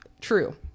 true